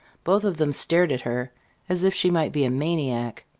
both of them stared at her as if she might be a maniac.